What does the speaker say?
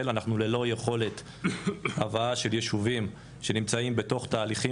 אנחנו ללא יכולת הבאה של ישובים שנמצאים בתוך תהליכים